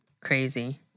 crazy